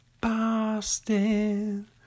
Boston